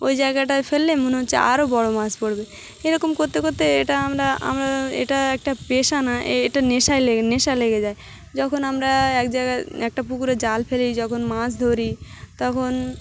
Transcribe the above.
ওই জায়গাটা ফেললে মনে হচ্ছে আরও বড়ো মাছ পড়বে এরকম করতে করতে এটা আমরা আমরা এটা একটা পেশা না এ এটা নেশায় লেগে নেশা লেগে যায় যখন আমরা এক জায়গায় একটা পুকুরে জাল ফেলি যখন মাছ ধরি তখন